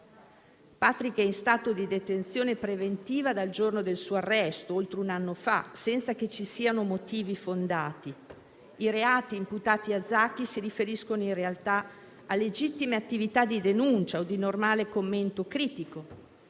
Patrick è in stato di detenzione preventiva dal giorno del suo arresto, oltre un anno fa, senza che ci siano motivi fondati; i reati imputati a Zaki si riferiscono in realtà a legittime attività di denuncia o di normale commento critico.